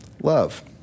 love